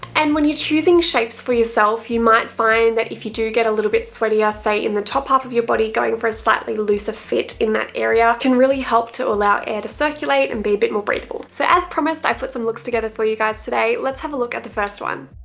and when you're choosing shapes for yourself, you might find that if you do get a little bit sweaty, ah say, in the top half of your body, going for a slightly looser fit in that area can really help to allow air to circulate and be a bit more breathable. so as promised, i've put some looks together for you guys today. let's have a look at the first one.